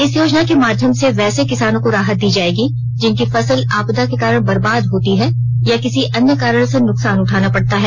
इस योजना के माध्यम से वैसे किसानों को राहत दी जायेगी जिनकी फसल आपदा के कारण बर्बाद होती है या किसी अन्य कारण से नुकसान उठाना पड़ता है